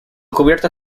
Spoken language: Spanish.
cubierta